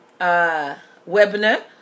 webinar